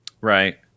Right